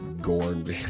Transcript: Gorn